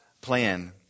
plan